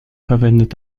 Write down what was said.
verwendet